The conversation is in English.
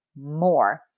more